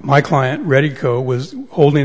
my client ready to go was holding